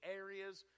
areas